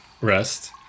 rest